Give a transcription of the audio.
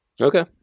okay